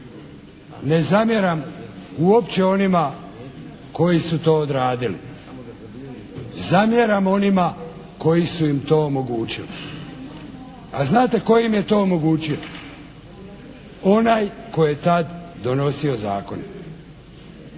Ne zamjeram uopće onima koji su to odradili. Zamjeram onima koji su im to omogućili. A znate tko im je to omogućio? Onaj tko je tad donosio zakone,